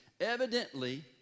Evidently